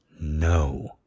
No